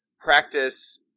practice